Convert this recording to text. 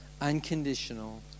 unconditional